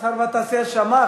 שר המסחר והתעשייה שמע.